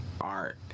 art